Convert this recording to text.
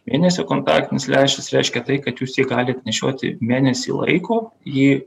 mėnesio kontaktinis lęšis reiškia tai kad jūs jį galit nešioti mėnesį laiko jį